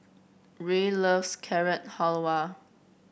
Ruie loves Carrot Halwa